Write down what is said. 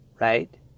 right